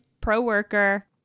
pro-worker